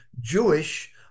Jewish